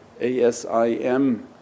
a-s-i-m